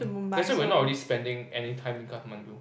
that's why we're not really spending any time in Kathmandu